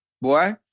boy